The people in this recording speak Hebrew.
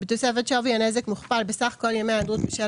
בתוספת שווי הנזק מוכפל בסך כל ימי ההיעדרות בשל